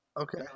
okay